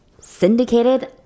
syndicated